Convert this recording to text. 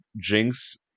Jinx